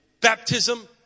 baptism